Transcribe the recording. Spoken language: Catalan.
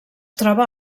troba